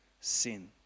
sin